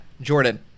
Jordan